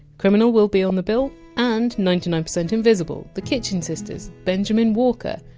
criminal will be on the bill and ninety nine percent invisible, the kitchen sisters, benjamen walker,